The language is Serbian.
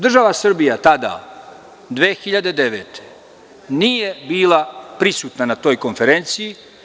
Država Srbija tada 2009. godine nije bila prisutna na toj konferenciji.